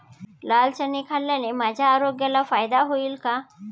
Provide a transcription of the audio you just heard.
लाल चणे खाल्ल्याने माझ्या आरोग्याला फायदा होईल का?